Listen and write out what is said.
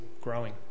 growing